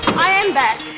i am back.